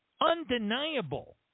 undeniable